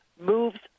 moves